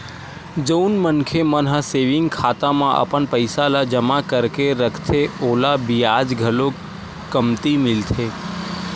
जउन मनखे मन ह सेविंग खाता म अपन पइसा ल जमा करके रखथे ओला बियाज घलो कमती मिलथे